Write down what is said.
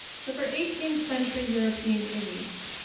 so for eighteenth century european elites,